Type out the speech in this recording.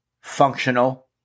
Functional